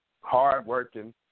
hardworking